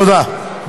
תודה.